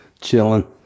chilling